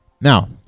Now